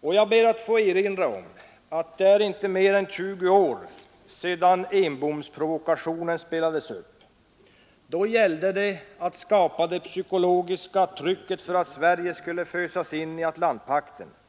väv. Jag ber att få erinra om att det inte är mer än 20 år sedan Enbomsprovokationen spelades upp. Då gällde det att skapa det psykologiska trycket för att Sverige skulle kunna fösas in i Atlantpakten.